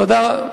תודה רבה,